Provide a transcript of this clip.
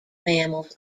mammals